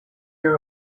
you